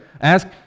Ask